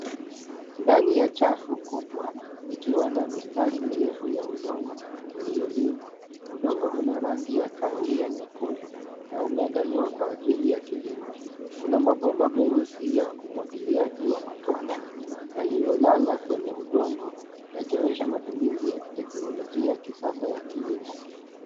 Ndani ya chafu kubwa, ikiwa na mistari mirefu ya udongo uliolimwa. Udongo una rangi ya kahawia nyekundu na umeandaliwa kwa ajili ya kilimo. Kuna mabomba meusi ya umwagiliaji wa matone na iliyolala kwenye udongo yakionyesha matumizi ya teknolojia ya kisasa ya kilimo.